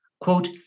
Quote